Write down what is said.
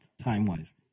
time-wise